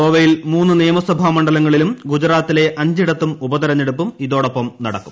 ഗോവയിൽ മൂന്ന് നിയമസഭാ മണ്ഡലങ്ങളിലും ഗ്റ്ജ്റാത്തിലെ അഞ്ചിടത്തും ഉപതെരഞ്ഞെടുപ്പും ഇതോടൊപ്പം നിടക്കും